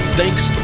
thanks